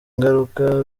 ingaruka